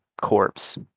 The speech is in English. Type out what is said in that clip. corpse